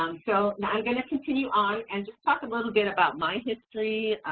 um so i'm gonna continue on, and just talk a little bit about my history.